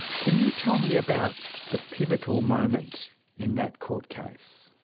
can you tell me about the pivotal moment in that court case?